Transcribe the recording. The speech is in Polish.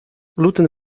gluten